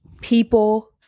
people